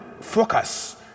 focus